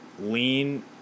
lean